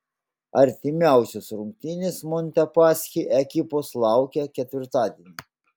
artimiausios rungtynės montepaschi ekipos laukia ketvirtadienį